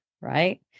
right